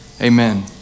amen